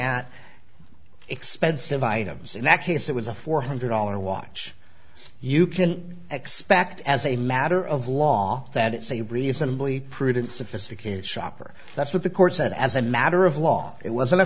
at expensive items in that case it was a four hundred dollar watch you can expect as a matter of law that it's a reasonably prudent sophisticated shopper that's what the court said as a matter of law it was